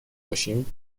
باشیم